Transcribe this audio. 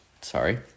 Sorry